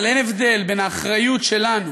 אבל אין הבדל בין האחריות שלנו,